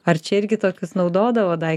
ar čia irgi tokius naudodavo daik